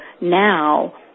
now